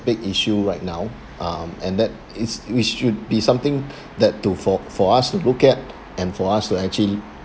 big issue right now um and that is we should be something that to for for us to look at and for us to actually